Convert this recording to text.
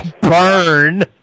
Burn